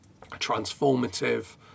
transformative